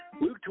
Luke